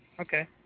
Okay